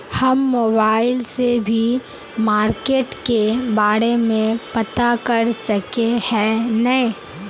हम मोबाईल से भी मार्केट के बारे में पता कर सके है नय?